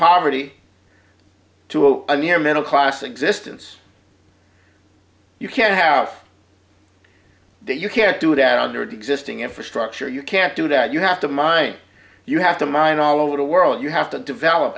poverty to open your middle class existence you can't have it you can't do it at under the existing infrastructure you can't do that you have to mine you have to mine all over the world you have to develop